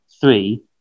three